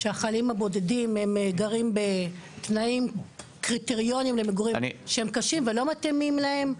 שהחיילים הבודדים גרים בתנאים למגורים שהם קשים ולא מתאימים להם,